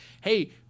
hey